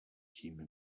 tím